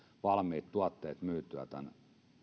valmiit tuotteet myytyä tämän